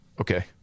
Okay